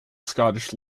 scottish